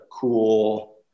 cool